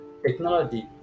technology